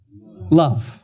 love